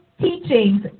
teachings